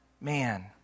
Man